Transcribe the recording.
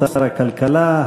שר הכלכלה,